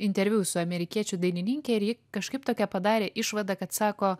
interviu su amerikiečių dainininke ir ji kažkaip tokią padarė išvadą kad sako